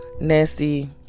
nasty